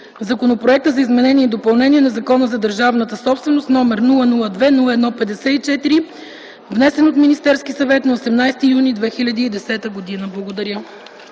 Законопроект за изменение и допълнение на Закона за държавната собственост, № 002-01-54, внесен от Министерския съвет на 18 юни 2010 г.”